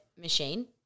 machine